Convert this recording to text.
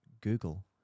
google